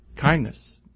kindness